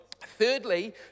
Thirdly